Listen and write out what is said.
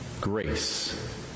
grace